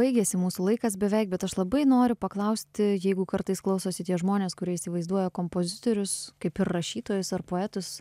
baigėsi mūsų laikas beveik bet aš labai noriu paklausti jeigu kartais klausosi tie žmonės kurie įsivaizduoja kompozitorius kaip ir rašytojus ar poetus